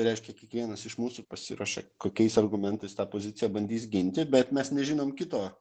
reiškia kiekvienas iš mūsų pasiruošia kokiais argumentais tą poziciją bandys ginti bet mes nežinom kito